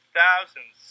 thousands